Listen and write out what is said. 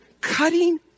cutting